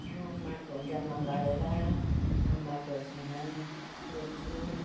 मल माटो जम्मा गरेर मल माटोसँग रोप्छु